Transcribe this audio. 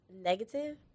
negative